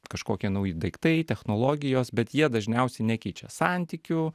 kažkokie nauji daiktai technologijos bet jie dažniausiai nekeičia santykių